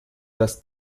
das